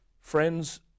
Friends